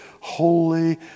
holy